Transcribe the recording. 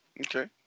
Okay